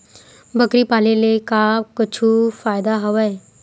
बकरी पाले ले का कुछु फ़ायदा हवय?